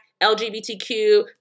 LGBTQ